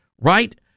right